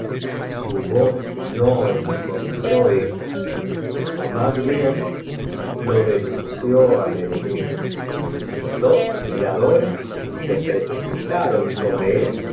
su voz no encontró eco ó más bi n lo denunció al enem igo dos tiradores se precipitaron sobr e él